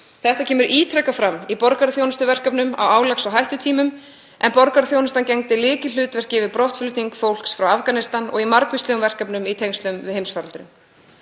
Þetta kemur ítrekað fram í borgaraþjónustuverkefnum á álags- og hættutímum, en borgaraþjónustan gegndi lykilhlutverki við brottflutning fólks frá Afganistan og í margvíslegum verkefnum í tengslum við heimsfaraldurinn.